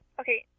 okay